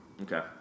Okay